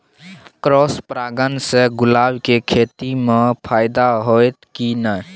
Cross परागण से गुलाब के खेती म फायदा होयत की नय?